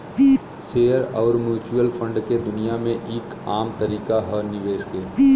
share अउर mutual fund के दुनिया मे ई आम तरीका ह निवेश के